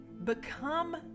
Become